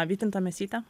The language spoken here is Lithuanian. vytinta mėsytė